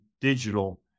digital